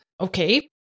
Okay